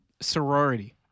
sorority